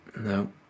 No